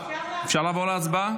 אפשר לעבור להצבעה?